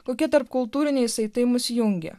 kokie tarpkultūriniai saitai mus jungia